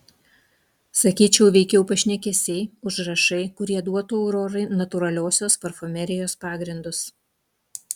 sakyčiau veikiau pašnekesiai užrašai kurie duotų aurorai natūraliosios parfumerijos pagrindus